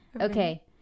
okay